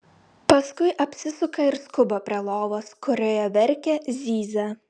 paskui apsisuka ir skuba prie lovos kurioje verkia zyzia